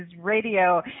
Radio